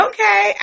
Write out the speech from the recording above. Okay